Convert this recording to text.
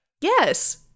Yes